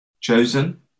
chosen